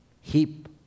heap